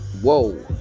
Whoa